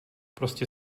prostě